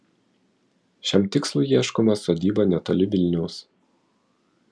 šiam tikslui ieškoma sodyba netoli vilniaus